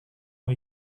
ont